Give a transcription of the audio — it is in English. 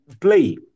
play